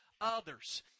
others